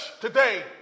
today